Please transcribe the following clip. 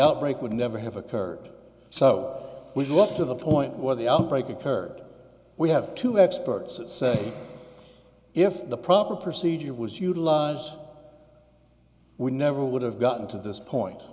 outbreak would never have occurred so we look to the point where the outbreak occurred we have two experts that say if the proper procedure was utilized we never would have gotten to this point